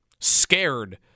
scared